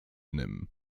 nym